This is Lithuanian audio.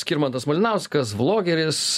skirmantas malinauskas vlogeris